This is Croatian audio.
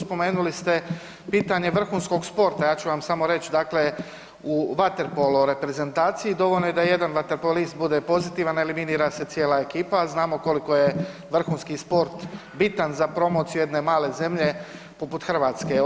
Spomenuli ste pitanje vrhunskog sporta, ja ću vam samo reći dakle u vaterpolo reprezentaciji dovoljno je da jedan vaterpolist bude pozitivan eliminira se cijela ekipa, a znamo koliko je vrhunski sport bitan za promociju jedne male zemlje poput Hrvatske.